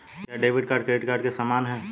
क्या debit card credit card के समान है?